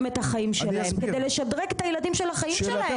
את החיים שלהם כדי לשדרג את הילדים שלהם.